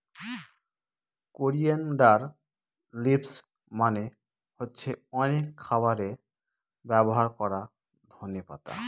coriander leaves মানে হচ্ছে অনেক খাবারে ব্যবহার করা ধনে পাতা